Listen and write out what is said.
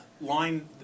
line